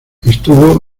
estuvo